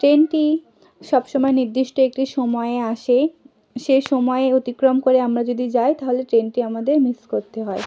ট্রেনটি সব সময় নির্দিষ্ট একটি সময়ে আসে সে সময় অতিক্রম করে আমরা যদি যাই তাহলে ট্রেনটি আমাদের মিস করতে হয়